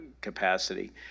capacity